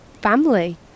Family